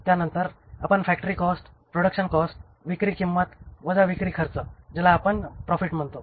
त्या नंतर आपण फॅक्टरी कॉस्ट प्रोडक्शन कॉस्ट विक्री किंमत वजा विक्री खर्च ज्याला आपण आपले प्रॉफिट म्हणतो